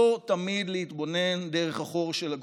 לא תמיד להתבונן דרך החור של הגרוש.